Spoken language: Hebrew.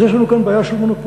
אז יש לנו כאן בעיה של מונופול,